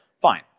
Fine